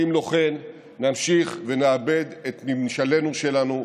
שאם לא כן נמשיך ונאבד את ממשלנו שלנו,